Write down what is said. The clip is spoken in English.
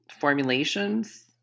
formulations